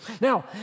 Now